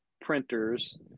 printers